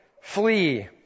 flee